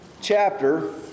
chapter